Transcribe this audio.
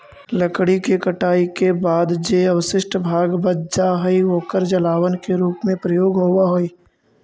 लकड़ी के कटाई के बाद जे अवशिष्ट भाग बच जा हई, ओकर जलावन के रूप में प्रयोग होवऽ हई